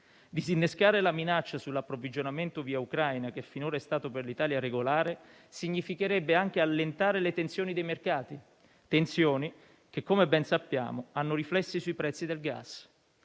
Disinnescare la minaccia sull'approvvigionamento via ucraina, che finora è stato per l'Italia regolare, significherebbe anche allentare le tensioni dei mercati che - come ben sappiamo - hanno riflessi sui prezzi del gas.